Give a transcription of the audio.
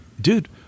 dude